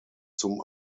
zum